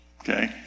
Okay